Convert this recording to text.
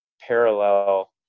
parallel